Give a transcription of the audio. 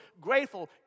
grateful